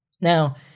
Now